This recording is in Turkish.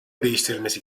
değiştirilmesi